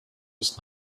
was